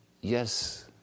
yes